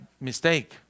Mistake